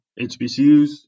HBCUs